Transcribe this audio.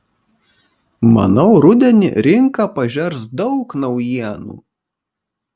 manau rudenį rinka pažers daug naujienų